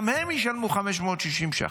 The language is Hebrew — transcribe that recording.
גם הם ישלמו 560 ש"ח.